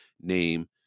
name